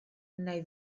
nahi